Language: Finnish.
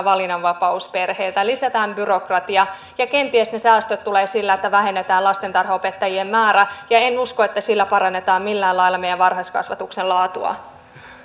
valinnanvapauden perheiltä lisäämme byrokratiaa ja kenties ne säästöt tulevat sillä että vähennetään lastentarhanopettajien määrää en usko että sillä parannetaan millään lailla meidän varhaiskasvatuksen laatua